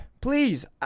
Please